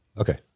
Okay